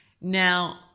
Now